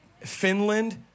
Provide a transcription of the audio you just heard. Finland